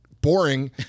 boring